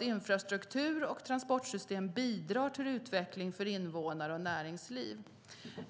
Infrastruktur och transportsystem bidrar till utveckling för invånare och näringsliv.